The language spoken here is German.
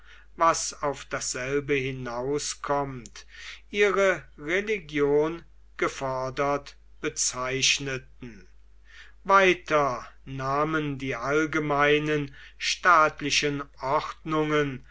was auf dasselbe hinauskommt ihre religion gefordert bezeichneten weiter nahmen die allgemeinen staatlichen ordnungen